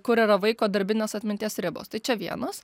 kur yra vaiko darbinės atminties ribos tai čia vienas